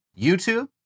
YouTube